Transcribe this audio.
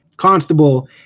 constable